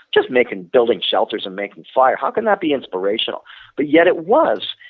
just making building shelters and making fire, how can that be inspirational but yet it was.